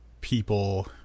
people